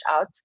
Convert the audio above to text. out